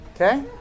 Okay